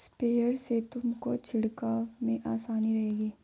sprayer से तुमको छिड़काव में आसानी रहेगी